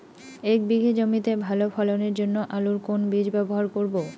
এক বিঘে জমিতে ভালো ফলনের জন্য আলুর কোন বীজ ব্যবহার করব?